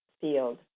field